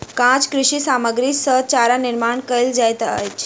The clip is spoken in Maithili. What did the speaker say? काँच कृषि सामग्री सॅ चारा निर्माण कयल जाइत अछि